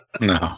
No